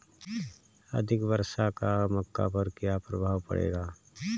अधिक वर्षा का मक्का पर क्या प्रभाव पड़ेगा?